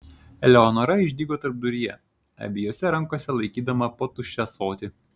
eleonora išdygo tarpduryje abiejose rankose laikydama po tuščią ąsotį